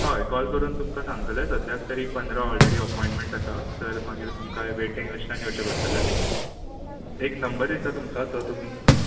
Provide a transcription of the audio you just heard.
हय कॉल करून तुमकां सांगतले सद्द्याक तरी ऑलरेडी पंदरा एपोयमेंट आसा तर मागीर तुमकां वेटींग लिस्टान येवचें पडटलें एक नंबर दिता तुमकां तो तुमी